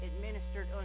administered